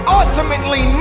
ultimately